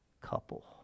couple